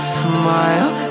smile